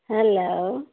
hello